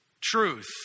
truth